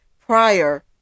prior